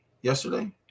yesterday